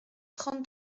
trente